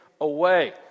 Away